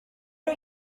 are